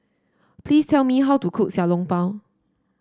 please tell me how to cook Xiao Long Bao